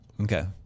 Okay